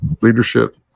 leadership